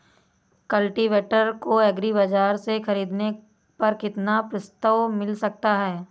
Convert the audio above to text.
Cultivator को agri बाजार से ख़रीदने पर कितना प्रस्ताव मिल सकता है?